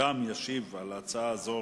גם על הצעה זו